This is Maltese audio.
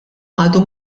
għadu